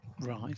Right